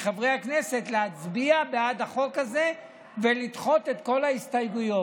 אני מבקש מחברי הכנסת להצביע בעד החוק הזה ולדחות את כל ההסתייגויות,